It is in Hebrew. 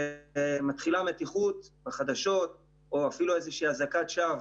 כמתחילה מתיחות או אפילו איזושהי אזעקת שווא